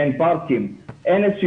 אין פארקים,